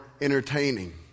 entertaining